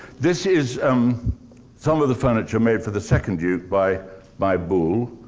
this is um some of the furniture made for the second duke by by boulle.